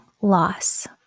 loss